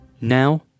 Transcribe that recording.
Now